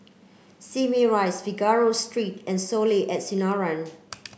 Simei Rise Figaro Street and Soleil at Sinaran